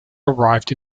arrived